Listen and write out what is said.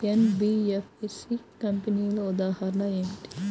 NBFC కంపెనీల ఉదాహరణ ఏమిటి?